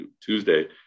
Tuesday